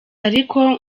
ariko